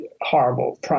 Horrible